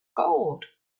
gold